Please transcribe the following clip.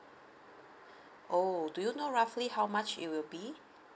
oh do you know roughly how much it will be